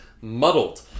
muddled